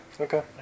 Okay